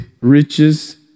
riches